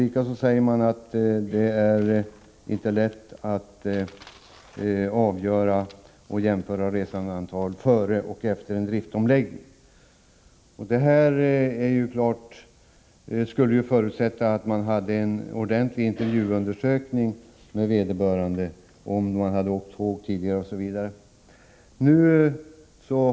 Likaså säger man att det inte är lätt att ”jämföra resandeantal före och efter en driftomläggning”. Det skulle ju förutsätta att man hade ordentliga intervjuer med vederbörande personer beträffande om de hade åkt tåg tidigare osv.